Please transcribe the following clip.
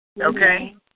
Okay